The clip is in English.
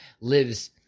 lives